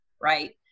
right